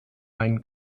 einen